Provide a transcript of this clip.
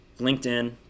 LinkedIn